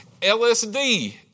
LSD